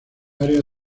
área